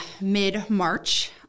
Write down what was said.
mid-March